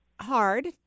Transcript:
hard